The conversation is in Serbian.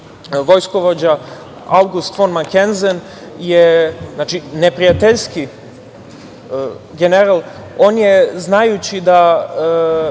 vojskovođa August fon Makenzen je neprijateljski general i on je, znajući da